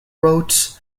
routes